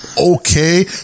okay